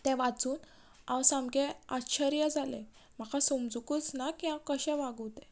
तें वाचून हांव सामकें आश्चर्य जालें म्हाका समजुकूच ना की हांव कशें वागूं तें